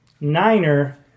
niner